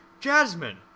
Jasmine